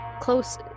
close